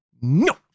No